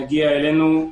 מגיע אלינו.